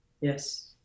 Yes